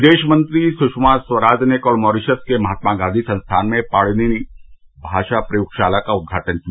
विदेश मंत्री सुषमा स्वराज ने कल मॉरीशस के महात्मा गांधी संस्थान में पाणिनि भाषा प्रयोगशाला का उद्घाटन किया